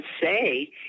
say